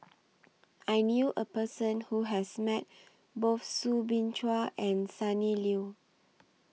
I knew A Person Who has Met Both Soo Bin Chua and Sonny Liew